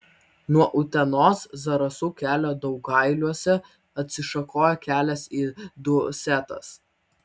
nuo utenos zarasų kelio daugailiuose atsišakoja kelias į dusetas